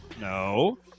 no